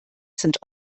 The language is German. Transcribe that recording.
sind